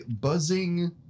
buzzing